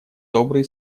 добрые